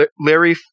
Larry